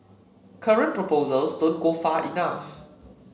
current proposals don't go far enough